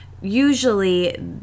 usually